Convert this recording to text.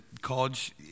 college